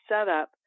setup